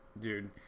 dude